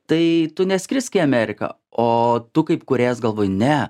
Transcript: tai tu ne skrisk į amerika o tu kaip kūrėjas galvoji ne